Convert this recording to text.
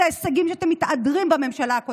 אלה הישגים שאתם מתהדרים בהם, מהממשלה הקודמת.